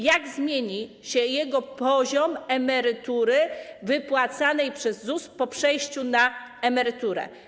Jak zmieni się poziom emerytury wypłacanej przez ZUS po przejściu na emeryturę?